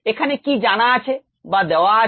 এখানে কি জানা আছে বা দেওয়া আছে